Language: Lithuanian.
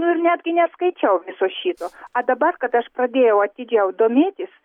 nu ir netgi neskaičiau viso šito a dabar kada aš pradėjau atidžiau domėtis